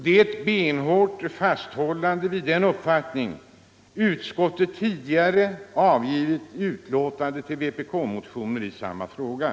Det är ett benhårt fasthållande vid den uppfattning utskottet tidigare intagit till vpk-motioner i samma fråga.